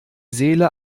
seele